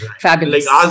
Fabulous